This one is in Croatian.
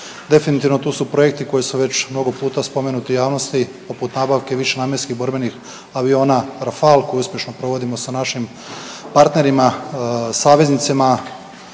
Definitivno tu su projekti koji su već mnogo puta spomenuti javnosti poput nabavke višenamjenskih borbenih aviona Rafal koji uspješno provodimo sa našim partnerima saveznicima,